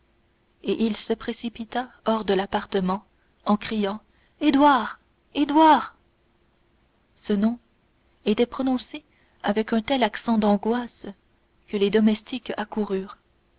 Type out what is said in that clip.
et il se précipita hors de l'appartement en criant édouard édouard ce nom était prononcé avec un tel accent d'angoisse que les domestiques